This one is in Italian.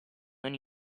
non